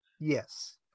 Yes